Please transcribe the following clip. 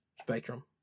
spectrum